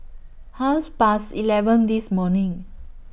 Half Past eleven This morning